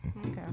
Okay